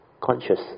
conscious